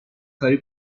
کاری